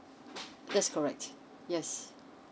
that's correct yes